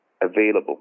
available